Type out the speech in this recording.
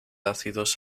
ácidos